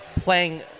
playing